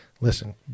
Listen